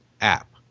app